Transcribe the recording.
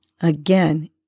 Again